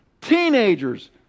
teenagers